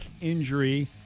injury